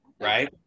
Right